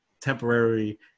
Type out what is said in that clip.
temporary